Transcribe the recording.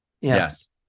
Yes